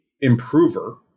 improver